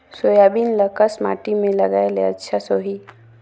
Soybean ल कस माटी मे लगाय ले अच्छा सोही?